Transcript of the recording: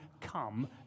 come